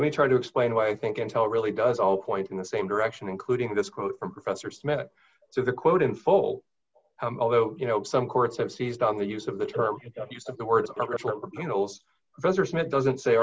let me try to explain why i think intel really does all point in the same direction including this quote from professor smith so the quote in full although you know some courts have seized on the use of the term use of the word you know better smith doesn't say